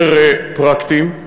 יותר פרקטיים.